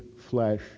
flesh